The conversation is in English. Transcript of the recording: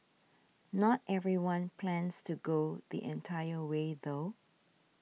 not everyone plans to go the entire way though